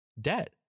Debt